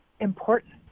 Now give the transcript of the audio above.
important